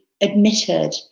admitted